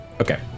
Okay